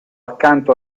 accanto